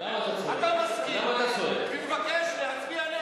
אתה מסכים ומבקש להצביע נגד.